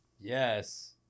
Yes